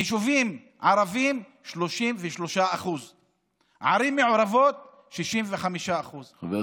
היישובים הערביים, 33%; ערים מעורבות, 65%; ערים